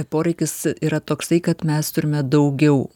poreikis yra toksai kad mes turime daugiau